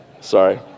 sorry